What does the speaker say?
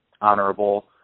honorable